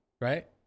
Right